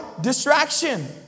Distraction